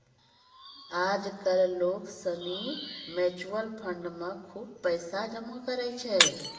आज कल लोग सनी म्यूचुअल फंड मे खुब पैसा जमा करै छै